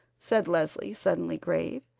said leslie, suddenly grave.